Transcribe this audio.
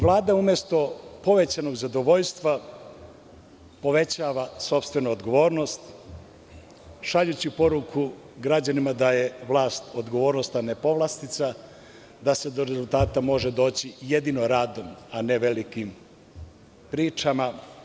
Vlada umesto povećanog zadovoljstva povećava sopstvenu odgovornost, šaljući poruku građanima da je vlast odgovornost, a ne povlastica, da se do rezultata može doći jedini radom a ne velikim pričama.